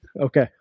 Okay